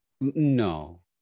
No